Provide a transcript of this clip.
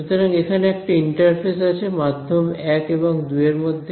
সুতরাং এখানে একটা ইন্টারফেস আছে মাধ্যম এক এবং দুয়ের মধ্যে